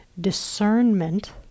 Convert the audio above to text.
discernment